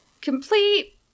Complete